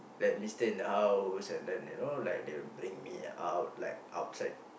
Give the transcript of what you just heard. let me stay in the house and then you know like they will bring me out like outside